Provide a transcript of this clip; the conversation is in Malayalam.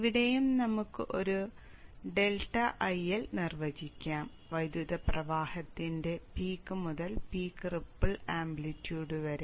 ഇവിടെയും നമുക്ക് ഒരു ∆ IL നിർവചിക്കാം വൈദ്യുത പ്രവാഹത്തിന്റെ പീക്ക് മുതൽ പീക്ക് റിപ്പ്ൾ ആംപ്ലിറ്റൂഡ് വരെ